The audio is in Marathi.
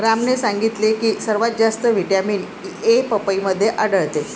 रामने सांगितले की सर्वात जास्त व्हिटॅमिन ए पपईमध्ये आढळतो